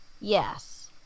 Yes